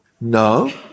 No